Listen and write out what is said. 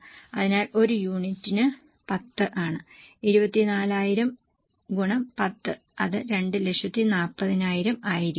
അതിനാൽ ഒരു യൂണിറ്റിന് 10 ആണ് 24000 x 10 അത് 240000 ആയിരിക്കും